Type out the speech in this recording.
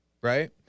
right